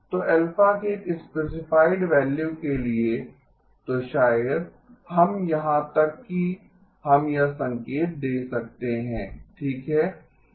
तो α के एक स्पेसिफाइड वैल्यू के लिए तो शायद हम यहां तक कि हम यह संकेत दे सकते हैं ठीक है